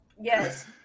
Yes